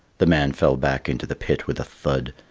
the man fell back into the pit with a thud,